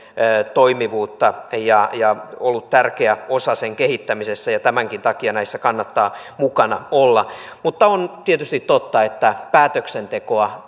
toimivuutta ja ja ollut tärkeä osa sen kehittämisessä ja tämänkin takia näissä kannattaa mukana olla mutta on tietysti totta että päätöksentekoa